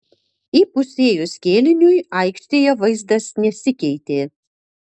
įpusėjus kėliniui aikštėje vaizdas nesikeitė